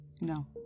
No